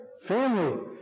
family